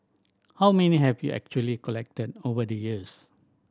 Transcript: how many have you actually collected over the years